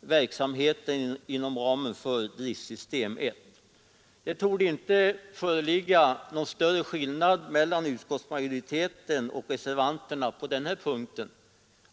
verksamheten inom ramen för driftsystem 1. Det torde inte föreligga någon större skillnad mellan utskottsmajoritetens och reservanternas åsikter på den här punkten.